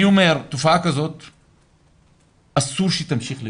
אני אומר, תופעה כזאת אסור שתמשיך להיות.